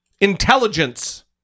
intelligence